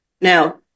Now